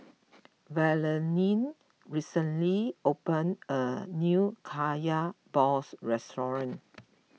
Valentin recently opened a new Kaya Balls restaurant